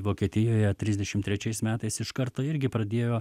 vokietijoje trisdešim trečiais metais iš karto irgi pradėjo